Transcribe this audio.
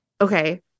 Okay